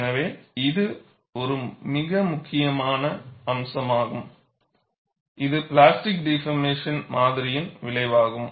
எனவே இது ஒரு மிக முக்கியமான அம்சமாகும் இது பிளாஸ்டிக் டிபார்மேசன் மாதிரியின் விளைவாகும்